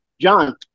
john